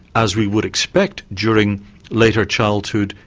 as we would expect during later childhood,